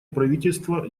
правительства